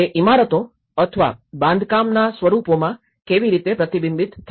તે ઇમારતો અથવા બાંધકામના સ્વરૂપોમાં કેવી રીતે પ્રતિબિંબિત થાય છે